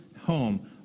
home